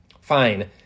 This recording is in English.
fine